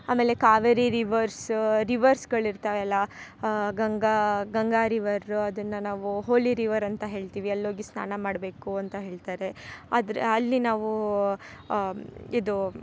ಆಮೇಲೆ ಕಾವೇರಿ ರಿವರ್ಸ್ ರಿವರ್ಸ್ಗಳಿರ್ತವೆಲ್ಲ ಗಂಗ ಗಂಗ ರಿವರ್ರು ಅದನ್ನ ನಾವು ಹೋಲಿ ರಿವರ್ ಅಂತ ಹೇಳ್ತೀವಿ ಅಲ್ಲೋಗಿ ಸ್ನಾನ ಮಾಡಬೇಕು ಅಂತ ಹೇಳ್ತಾರೆ ಆದರೆ ಅಲ್ಲಿ ನಾವು ಇದು